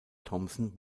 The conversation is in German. thomson